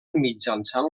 mitjançant